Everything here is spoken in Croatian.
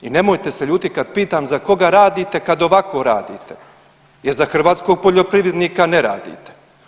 I nemojte se ljutiti kad pitam za koga radite kad ovako radite jer za hrvatskog poljoprivrednika ne radite.